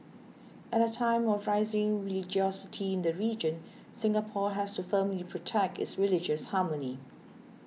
at a time of rising religiosity in the region Singapore has to firmly protect its religious harmony